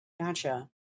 Gotcha